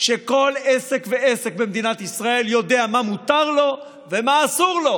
שכל עסק ועסק במדינת ישראל יודע מה מותר לו ומה אסור לו.